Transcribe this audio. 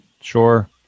sure